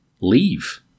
leave